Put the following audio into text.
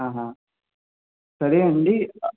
సరే అండి